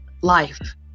life